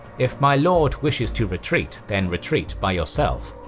if my lord wishes to retreat, then retreat by yourself.